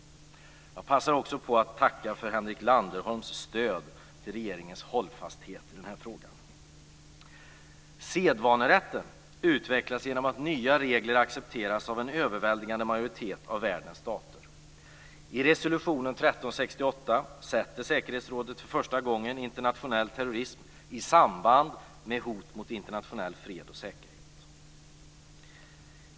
Jag passar på att tacka för Henrik Landerholms stöd till regeringens hållfasthet i denna fråga. Sedvanerätten utvecklas genom att nya regler accepteras av en överväldigande majoritet av världens stater. I resolution 1368 sätter säkerhetsrådet för första gången internationell terrorism i samband med hot mot internationell fred och säkerhet.